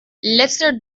letzter